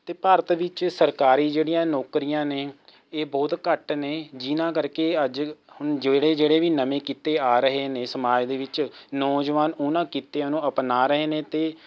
ਅਤੇ ਭਾਰਤ ਵਿੱਚ ਸਰਕਾਰੀ ਜਿਹੜੀਆਂ ਨੌਕਰੀਆਂ ਨੇ ਇਹ ਬਹੁਤ ਘੱਟ ਨੇ ਜਿਹਨਾਂ ਕਰਕੇ ਅੱਜ ਹੁਣ ਜਿਹੜੇ ਜਿਹੜੇ ਵੀ ਨਵੇਂ ਕਿੱਤੇ ਆ ਰਹੇ ਨੇ ਸਮਾਜ ਦੇ ਵਿੱਚ ਨੌਜਵਾਨ ਉਹਨਾਂ ਕਿੱਤਿਆਂ ਨੂੰ ਅਪਣਾ ਰਹੇ ਨੇ ਅਤੇ